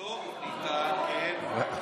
לא ניתן, כן, שנבין.